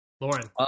Lauren